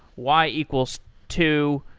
y equal two,